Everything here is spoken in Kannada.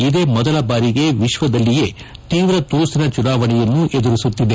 ಇದೇ ಮೊದಲ ಬಾರಿಗೆ ವಿಶ್ವದಲ್ಲಿಯೇ ತೀವ್ರ ತುರುಸಿನ ಚುನಾವಣೆಯನ್ನು ಎದುರಿಸುತ್ತಿದೆ